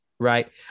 Right